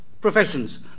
professions